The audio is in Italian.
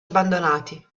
abbandonati